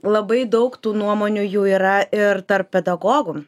labai daug tų nuomonių jų yra ir tarp pedagogų